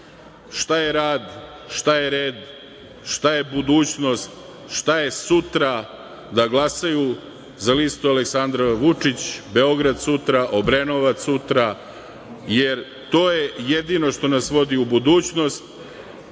šta je rad, šta je red, šta je budućnost, šta je sutra, da glasaju za listu Aleksandar Vučić – Beograd sutra, Obrenovac sutra, jer to je jedino što nas vodi u budućnost.